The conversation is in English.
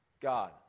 God